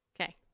Okay